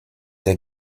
der